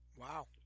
Wow